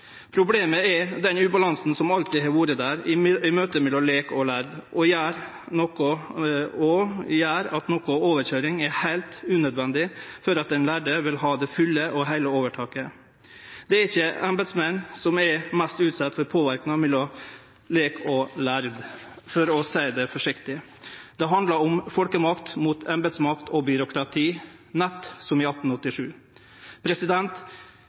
Problemet er den ubalansen som alltid har vore der i møte mellom lek og lærd, og gjer at noko overkøyring er heilt unødvendig for at den lærde vil ha det fulle og heile overtaket. Det er ikkje embetsmenn som er mest utsette for påverknad mellom lek og lærd, for å seie det forsiktig. Det handlar om folkemakt mot embetsmakt og byråkrati, nett som i 1887.